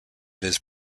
his